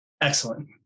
Excellent